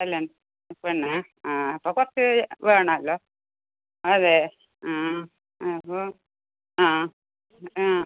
കല്യാണപ്പെണ്ണോ ആ അപ്പോൾ കുറച്ച് വേണമല്ലോ അതെ ആ അപ്പോൾ ആ ആ